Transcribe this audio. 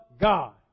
God